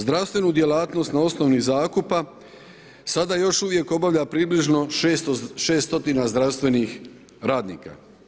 Zdravstvenu djelatnost na osnovi zakupa sada još uvijek obavlja približno 600 zdravstvenih radnika.